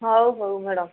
ହଉ ହଉ ମ୍ୟାଡ଼ାମ୍